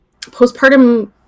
postpartum